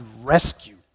rescue